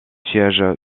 siège